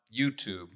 YouTube